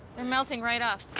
they're melting right off.